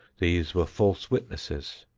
these were false witnesses.